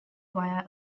via